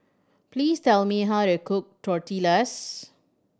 please tell me how to cook Tortillas